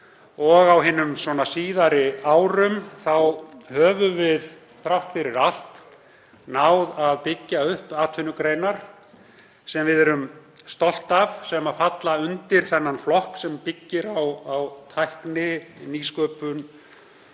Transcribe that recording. og á hinum síðari árum þá höfum við þrátt fyrir allt náð að byggja upp atvinnugreinar sem við erum stolt af sem falla undir þann flokk sem byggir á tækni, nýsköpun